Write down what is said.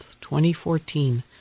2014